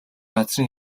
газрын